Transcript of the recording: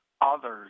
others